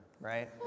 right